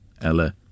Ella